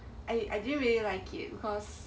I didn't really like it because